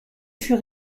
fut